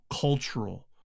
cultural